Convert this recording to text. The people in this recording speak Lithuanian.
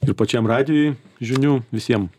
ir pačiam radijui žinių visiem